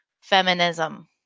feminism